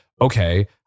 okay